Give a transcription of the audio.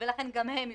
לכן גם הם יוצאים.